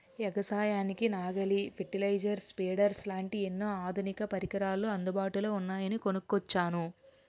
ఎగసాయానికి నాగలి, fertiliser, spreaders లాంటి ఎన్నో ఆధునిక పరికరాలు అందుబాటులో ఉన్నాయని కొనుక్కొచ్చాను